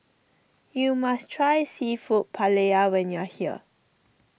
you must try Seafood Paella when you are here